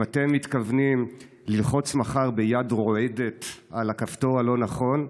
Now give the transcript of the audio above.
אם אתם מתכוונים ללחוץ מחר ביד רועדת על הכפתור הלא-נכון,